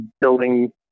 building